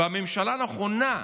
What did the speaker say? בממשלה האחרונה,